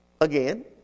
Again